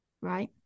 right